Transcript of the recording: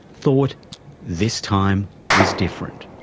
thought this time was different.